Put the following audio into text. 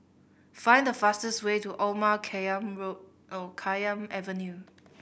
find the fastest way to Omar Khayyam Avenue